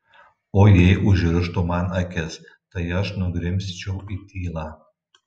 o jei užrištų man akis tai aš nugrimzčiau į tylą